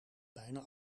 bijna